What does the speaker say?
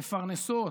מפרנסות,